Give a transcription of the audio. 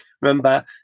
Remember